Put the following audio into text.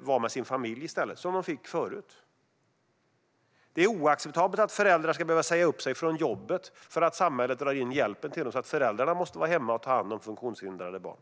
vara med sin familj i stället, som de fick förut. Det är oacceptabelt att föräldrar ska behöva säga upp sig från jobbet för att samhället drar in hjälpen till barnen så att föräldrarna måste vara hemma och ta hand om sina funktionshindrade barn.